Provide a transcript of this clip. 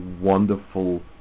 wonderful